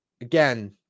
again